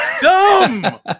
dumb